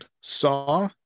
Saw